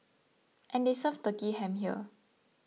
and they serve Turkey Ham here